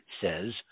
says